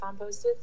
composted